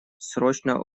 срочно